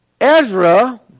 Ezra